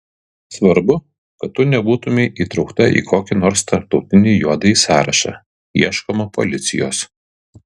svarbu kad tu nebūtumei įtraukta į kokį nors tarptautinį juodąjį sąrašą ieškoma policijos